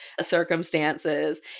circumstances